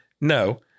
No